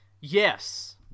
Yes